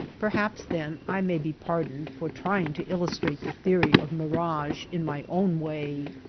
perhaps then i may be pardoned for trying to illustrate the theory of mirage in my own way.